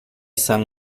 san